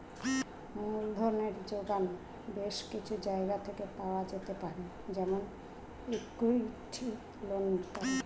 মূলধনের জোগান বেশ কিছু জায়গা থেকে পাওয়া যেতে পারে যেমন ইক্যুইটি, লোন ইত্যাদি